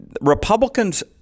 Republicans